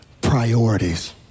priorities